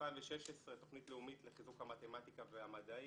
2016 תוכנית לאומית לחיזוק המתמטיקה והמדעים,